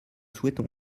souhaitons